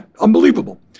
Unbelievable